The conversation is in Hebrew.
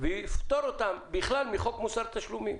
שיפטור אותם בכלל מחוק מוסר התשלומים.